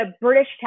British